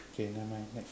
okay nevermind next